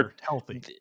healthy